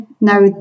now